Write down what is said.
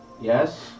Yes